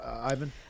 ivan